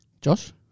Josh